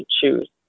choose